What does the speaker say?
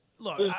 Look